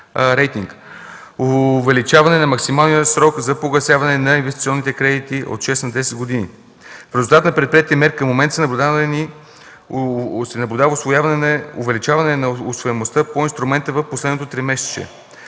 рейтинг; - увеличаване на максималния срок за погасяване на инвестиционните кредити от 6 на 10 години. В резултат на предприетите мерки в момента се наблюдава увеличаване на усвояемостта по инструмента през последното тримесечие.